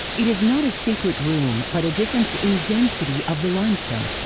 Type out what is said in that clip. it is not a secret room but a difference in density of the limestone.